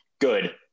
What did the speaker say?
good